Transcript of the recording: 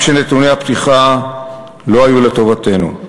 גם כשנתוני הפתיחה אינם לטובתנו.